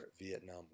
Vietnam